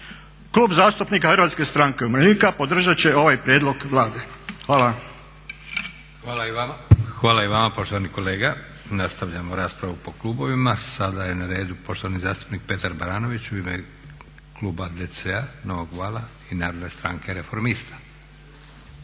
Klub zastupnika Hrvatske stranke umirovljenika podržat će ovaj prijedlog Vlade. Hvala. **Leko, Josip (SDP)** Hvala i vama poštovani kolega. Nastavljamo raspravu po klubovima. Sada je na redu poštovani zastupnik Petar Baranović u ime kluba DC-a, Novog vala i Narodne stranke reformista.